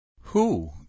Who